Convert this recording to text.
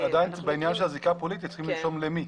עדיין בעניין של הזיקה הפוליטית צריכים לרשום למי.